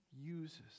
uses